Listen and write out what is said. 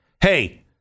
Hey